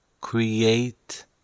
create